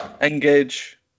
Engage